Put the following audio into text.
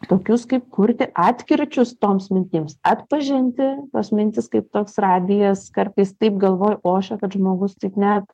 tokius kaip kurti atkirčius toms mintims atpažinti tas mintis kaip toks radijas kartais taip galvoj ošia kad žmogus tik net